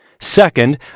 Second